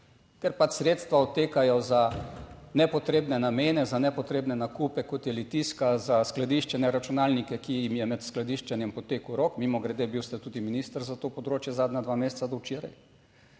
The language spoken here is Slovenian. Ker pač sredstva odtekajo za nepotrebne namene za nepotrebne nakupe kot je Litijska, za skladiščenje, računalnike, ki jim je med skladiščenjem potekel rok - mimogrede bil ste tudi minister za to področje zadnja dva meseca do včeraj